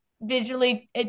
visually